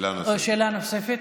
כבוד היושב-ראש, שאלה נוספת.